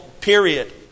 period